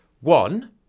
One